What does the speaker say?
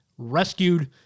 rescued